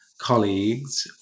colleagues